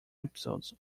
episodes